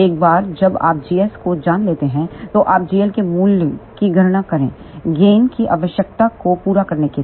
एक बार जब आप gs को जान लेते हैं तो आप gl के मूल्य की गणना करें गेन की आवश्यकता को पूरा करने के लिए